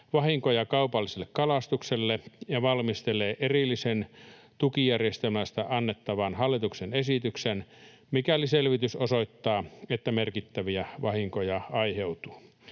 vahinkoja kaupalliselle kalastukselle ja valmistelee erillisen tukijärjestelmästä annettavan hallituksen esityksen, mikäli selvitys osoittaa, että merkittäviä vahinkoja aiheutuu.